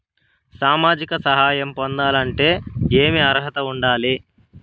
సామాజిక సహాయం పొందాలంటే ఏమి అర్హత ఉండాలి?